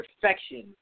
perfection